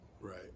Right